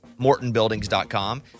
MortonBuildings.com